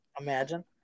Imagine